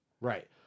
Right